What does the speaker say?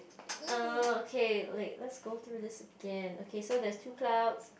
err okay wait let's go through this again okay so there's two clouds